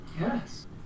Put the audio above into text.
Yes